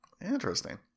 Interesting